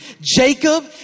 Jacob